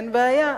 אין בעיה,